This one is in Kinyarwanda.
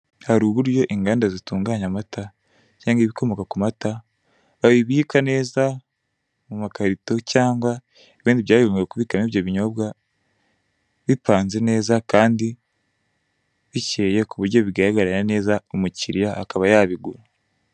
Hari uburyo inganda zitunganya amata cyangwa ibikomoka ku mata babibika neza mu makarito, cyangwa ibindi byagenewe kubika ibyo binyobwa, bipanze neza kandi bikeye ,kuburyo bigaragarira neza umukiriya akaba yabigura.